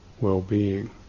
well-being